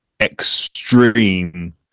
extreme